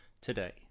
today